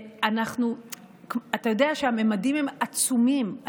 אתה יודע שהממדים הם עצומים,